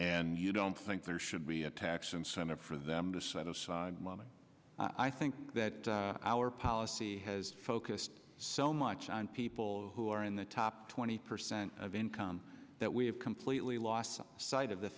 and you don't think there should be a tax incentive for them to set aside money i think that our policy has focused so much on people who are in the top twenty percent of income that we have completely lost sight of the